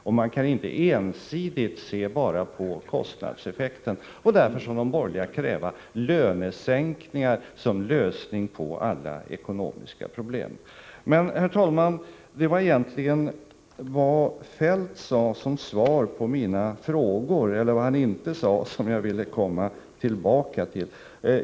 Det går inte att ensidigt se till kostnadseffekten och därmed, som de borgerliga partierna gör, kräva lönesänkningar och tro att de utgör en lösning på alla ekonomiska problem. Men, herr talman, det var egentligen vad Kjell-Olof Feldt sade som svar på mina frågor — eller vad han inte sade — som jag ville komma tillbaka till.